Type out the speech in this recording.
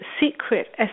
secret